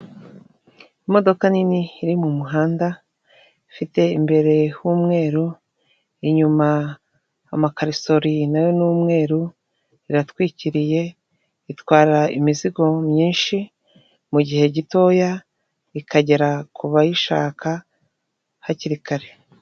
Imodoka nini iri mu muhanda ifite imbere h'umweru, inyuma amakarisori nayo ni umweru, iratwikiriye, itwara imizigo myinshi mu gihe gitoya, ikagera ku bayishaka hakiri kare.